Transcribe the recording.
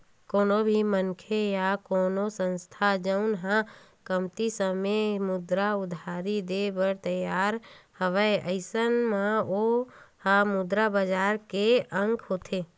कोनो भी मनखे या कोनो संस्था जउन ह कमती समे मुद्रा उधारी देय बर तियार हवय अइसन म ओहा मुद्रा बजार के अंग होथे